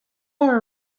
more